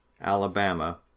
Alabama